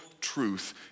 truth